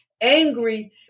angry